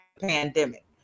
pandemic